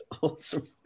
Awesome